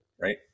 Right